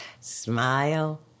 Smile